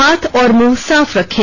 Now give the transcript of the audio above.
हाथ और मुंह साफ रखें